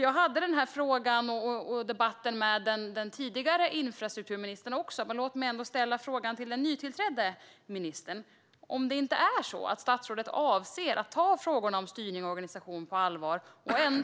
Jag hade den här frågan och debatten med den tidigare infrastrukturministern också, men låt mig ändå ställa frågan till den nytillträdde ministern: Avser statsrådet att ta frågorna om styrning och organisation på allvar